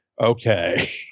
Okay